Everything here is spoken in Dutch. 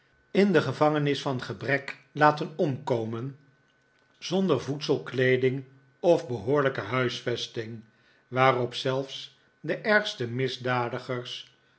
in de gevangenis van gebrek laten omkomen zonder voedsel kleeding of behoorlijke huisvesting waarop zelfs de ergste misdadigers